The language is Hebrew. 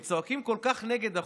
הם צועקים כל כך נגד החוק,